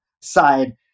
side